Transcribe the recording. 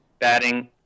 Batting